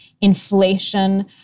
inflation